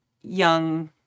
young